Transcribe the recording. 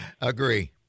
Agree